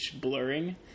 blurring